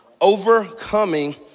Overcoming